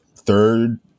Third